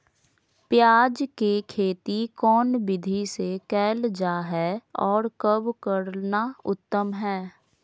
प्याज के खेती कौन विधि से कैल जा है, और कब करना उत्तम है?